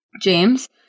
James